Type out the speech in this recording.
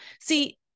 See